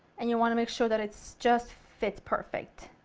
and you want to make sure that it so just fits perfect.